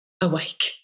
awake